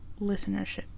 listenership